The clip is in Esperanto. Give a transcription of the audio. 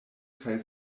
kaj